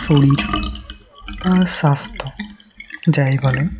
শরীর বা স্বাস্থ্য যাই বলুন